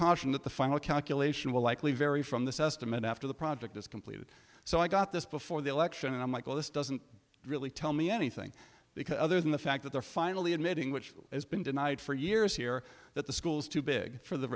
caution that the final calculation will likely vary from this estimate after the project is completed so i got this before the election and i'm like well this doesn't really tell me anything because other than the fact that they're finally admitting which has been denied for years here that the schools too big for the